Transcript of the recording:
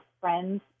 friends